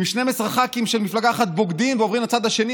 אם 12 ח"כים של מפלגה אחת בוגדים ועוברים לצד השני,